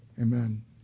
amen